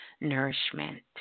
nourishment